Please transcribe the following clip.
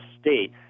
state